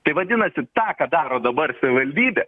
tai vadinasi tą ką daro dabar savivaldybė